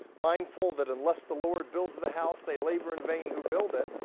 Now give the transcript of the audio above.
mindful that unless the lord builds the house, they labor in vain who build it.